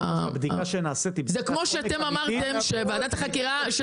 פורר: הבדיקה שנעשית --- זה כמו שאמרתם שוועדת חקירה של